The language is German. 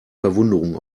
verwunderung